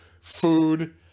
food